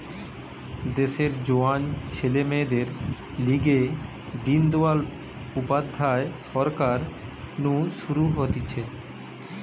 দেশের জোয়ান ছেলে মেয়েদের লিগে দিন দয়াল উপাধ্যায় সরকার নু শুরু হতিছে